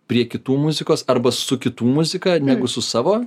prie kitų muzikos arba su kitų muzika negu su savo